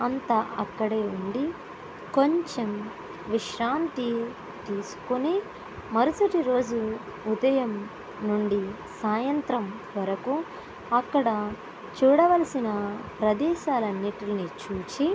అంతా అక్కడే ఉండి కొంచెం విశ్రాంతి తీసుకొని మరుసటి రోజు ఉదయం నుండి సాయంత్రం వరకు అక్కడ చూడవలసిన ప్రదేశాలన్నింటినీ చూచి